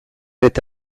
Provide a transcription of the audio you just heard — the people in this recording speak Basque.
eta